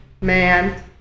man